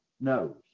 knows